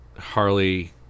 Harley